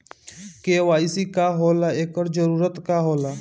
KYC का होला एकर जरूरत का होला?